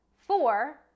four